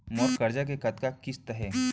मोर करजा के कतका किस्ती हे?